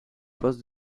poste